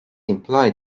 imply